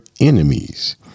enemies